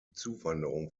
zuwanderung